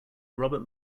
robert